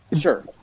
Sure